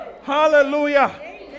Hallelujah